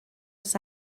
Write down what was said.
oes